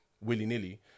willy-nilly